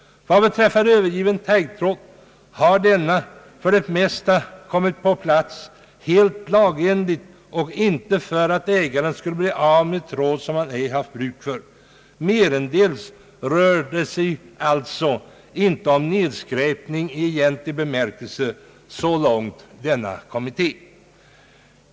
Vad beträffar övergiven taggtråd, säger kommittén, har denna för det mesta kommit på plats helt lagenligt och inte för att ägaren skulle bli av med tråd som han ej haft bruk för. Enligt kommittén rör det sig alltså merendels inte om nedskräpning i egentlig bemärkelse.